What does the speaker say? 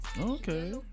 Okay